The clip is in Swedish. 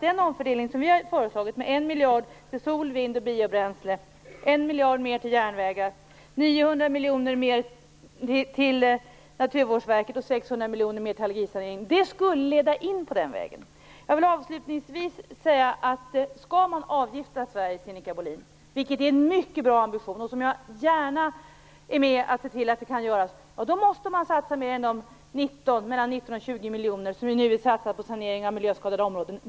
Den omfördelning som vi i Miljöpartiet har föreslagit - 1 Naturvårdsverket och ytterligare 600 miljoner till allergisanering - skulle leda in på den vägen. Avslutningsvis vill jag säga att om man skall avgifta Sverige, Sinikka Bohlin, vilket är en mycket bra ambition, då måste man satsa mer än de 19-20 miljoner som ni nu vill satsa på sanering av miljöskadade områden.